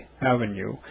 Avenue